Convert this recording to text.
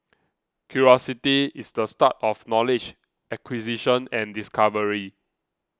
curiosity is the start of knowledge acquisition and discovery